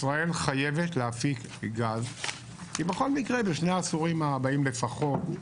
ישראל חייבת להפיק גז כי בכל מקרה בשני העשורים הבאים לפחות,